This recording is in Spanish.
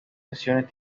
sesiones